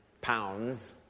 pounds